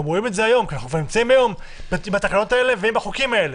כבר נמצאים עם התקנות האלו ועם החוקים האלה,